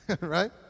right